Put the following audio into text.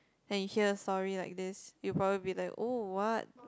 and hear story like this you probably be like oh what